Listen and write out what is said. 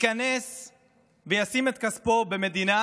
ייכנס וישים את כספו במדינה